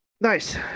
nice